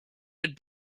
had